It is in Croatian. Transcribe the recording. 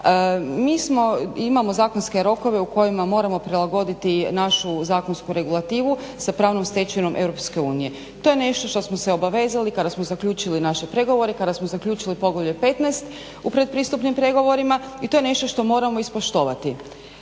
Mi imamo zakonske rokove u kojima moramo prilagoditi našu zakonsku regulativu sa pravnom stečevinom EU. To je nešto na što smo se obavezali kada smo se uključili u naše pregovore, kada smo zaključili poglavlja 15 u pretpristupnim pregovorima i to je nešto što moramo ispoštovati.